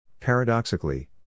paradoxically